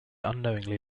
unknowingly